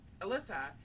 Alyssa